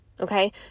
okay